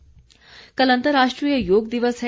योग दिवस कल अंतर्राष्ट्रीय योग दिवस है